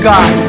God